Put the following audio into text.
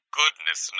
goodness